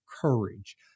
courage